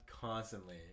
constantly